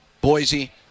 Boise